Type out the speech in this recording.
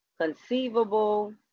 conceivable